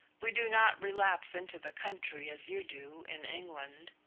we do not relapse into the country as you do in england,